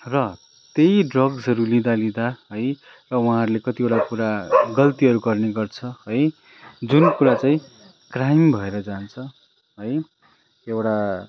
र त्यही ड्रग्सहरू लिँदा लिँदा है र उहाँहरूले कतिवटा कुरा गल्तीहरू गर्ने गर्छ है जुन कुरा चाहि क्राइम भएर जान्छ है एउटा